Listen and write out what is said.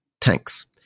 tanks